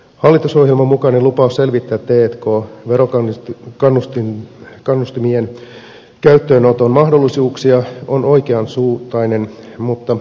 hallitusohjelman mukainen lupaus selvittää t k verokannustimien käyttöönoton mahdollisuuksia on oikean suuntainen mutta riittämätön